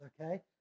okay